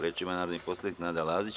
Reč ima narodni poslanik Nada Lazić.